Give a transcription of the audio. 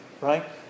right